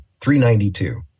392